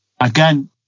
Again